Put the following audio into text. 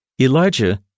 Elijah